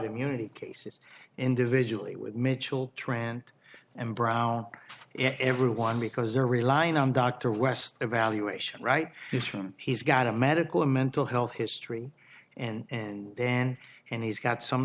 immunity cases individually with mitchell trent and brow everyone because they're relying on dr west evaluation right this room he's got a medical and mental health history and then and he's got some